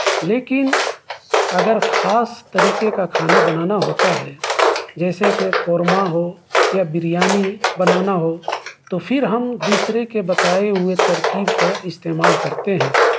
لیکن اگر خاص طریقے کا کھانا بنانا ہوتا ہے جیسے کہ قورمہ ہو یا بریانی بنانا ہو تو پھر ہم دوسرے کے بتائے ہوئے ترکیب کا استعمال کرتے ہیں